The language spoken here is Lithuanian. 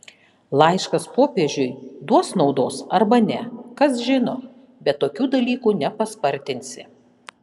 laiškas popiežiui duos naudos arba ne kas žino bet tokių dalykų nepaspartinsi